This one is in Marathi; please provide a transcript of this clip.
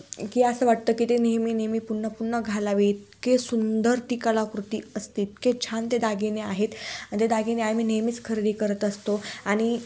की असं वाटतं की ते नेहमी नेहमी पुन्हा पुन्हा घालावे इतके सुंदर ती कलाकृती असते इतके छान ते दागिने आहेत आणि ते दागिने आम्ही नेहमीच खरेदी करत असतो आणि